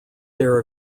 their